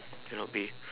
cannot be